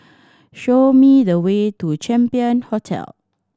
show me the way to Champion Hotel